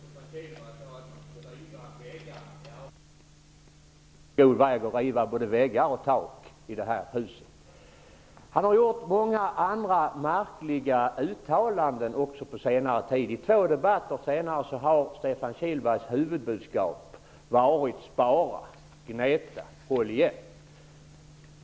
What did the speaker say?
Fru talman! Stefan Kihlberg sade att de vill riva väggarna. Hans parti är på god väg att riva både väggar och tak i det här huset. Han har gjort många andra märkliga uttalanden på senare tid. I två debatter har Stefan Kihlbergs huvudbudskap varit att vi skall spara, gneta och hålla igen.